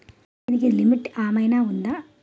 దీనికి లిమిట్ ఆమైనా ఉందా?